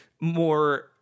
more